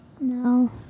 No